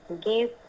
give